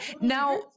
now